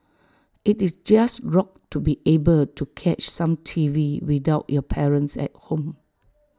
IT is just rocked to be able to catch some T V without your parents at home